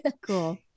cool